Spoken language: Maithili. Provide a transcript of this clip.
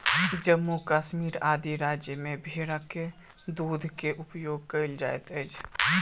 जम्मू कश्मीर आदि राज्य में भेड़क दूध के उपयोग कयल जाइत अछि